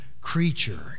creature